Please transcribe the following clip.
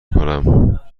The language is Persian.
کنم